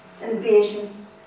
invasions